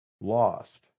lost